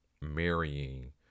marrying